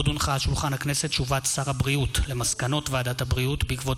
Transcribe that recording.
הודעת שר הבריאות על מסקנות ועדת הבריאות בעקבות